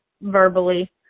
verbally